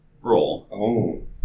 roll